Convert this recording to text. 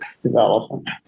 development